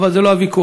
אבל זה לא הוויכוח.